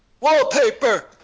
Wallpaper